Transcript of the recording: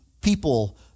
people